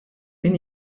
min